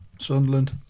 Sunderland